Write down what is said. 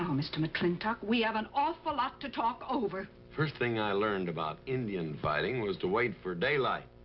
mr. mclintock, we have an awful lot to talk over. first thing i learned about indian fighting was to wait for daylight.